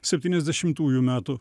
septyniasdešimtųjų metų